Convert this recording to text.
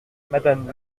madame